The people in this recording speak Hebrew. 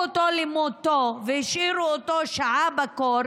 אותו למותו והשאירו אותו שעה בקור